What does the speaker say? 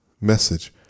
message